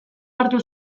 hartu